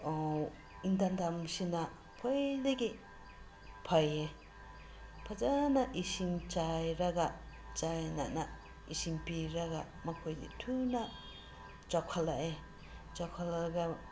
ꯏꯪꯊꯝ ꯊꯥ ꯑꯁꯤꯅ ꯈ꯭ꯋꯥꯏꯗꯒꯤ ꯐꯩꯌꯦ ꯐꯖꯅ ꯏꯁꯤꯡ ꯆꯥꯏꯔꯒ ꯆꯥꯏꯅꯅ ꯏꯁꯤꯡ ꯄꯤꯔꯒ ꯃꯈꯣꯏꯗꯤ ꯊꯨꯅ ꯆꯥꯎꯈꯜꯂꯛꯑꯦ ꯆꯥꯎꯈꯠꯂꯛꯑꯒ